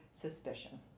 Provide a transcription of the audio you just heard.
suspicion